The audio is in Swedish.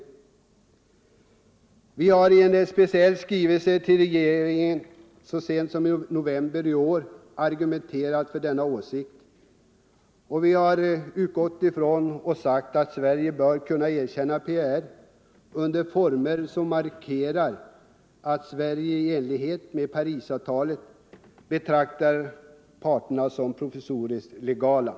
Så sent som i november i år har vi i en speciell skrivelse till regeringen argumenterat för denna åsikt och framhållit att Sverige bör kunna erkänna PRR under former som markerar att Sverige i enlighet med Parisavtalet betraktar parterna som ”provisoriskt legala”.